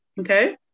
okay